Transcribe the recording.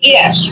Yes